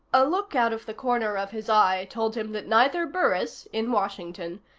a look out of the corner of his eye told him that neither burris, in washington,